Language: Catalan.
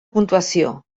puntuació